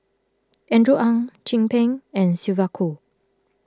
Andrew Ang Chin Peng and Sylvia Kho